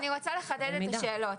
אני רוצה לחדד את השאלות.